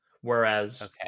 Whereas